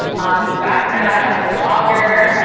um, and back then i had a blogger